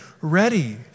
ready